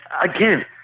again